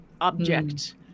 object